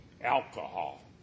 Alcohol